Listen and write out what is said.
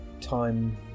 time